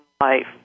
life